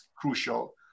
crucial